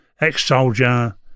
ex-soldier